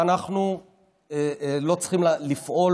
ואנחנו לא צריכים לפעול,